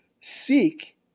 Seek